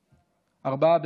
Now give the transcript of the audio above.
מס' 4,